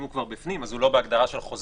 אם הוא כבר בפנים, הוא לא בהגדרת חוזר.